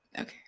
okay